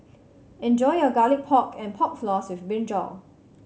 enjoy your Garlic Pork and Pork Floss with brinjal